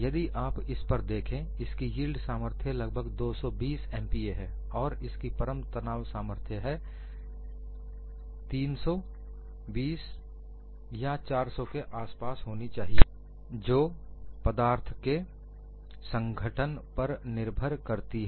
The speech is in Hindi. यदि आप इस पर देखें इसकी यील्ड सामर्थ्य लगभग 220 MPa है और इसकी परम तनाव सामर्थ्य 320 या 400 के आसपास होगी जो पदार्थ के संघटन पर निर्भर करती है